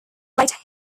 late